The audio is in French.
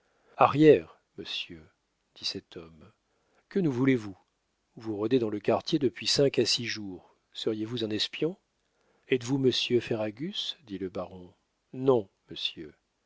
monsieur dit cet homme que nous voulez-vous vous rôdez dans le quartier depuis cinq à six jours seriez-vous un espion êtes-vous monsieur ferragus dit le baron non monsieur